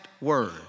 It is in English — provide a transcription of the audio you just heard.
word